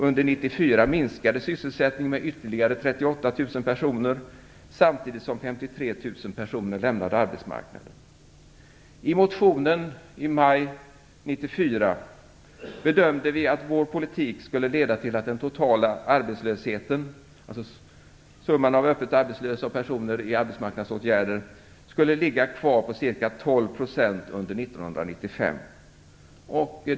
Under 1994 I motionen i maj 1994 bedömde vi att vår politik skulle leda till att den totala arbetslösheten - alltså summan av öppet arbetslösa och personer i arbetsmarknadsåtgärder - skulle ligga kvar på ca 12 % under 1995.